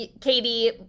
Katie